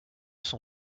son